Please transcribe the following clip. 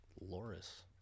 Loris